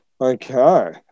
Okay